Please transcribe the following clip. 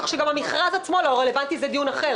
כך שגם המכרז עצמו לא רלוונטי וזה דיון אחר.